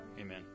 amen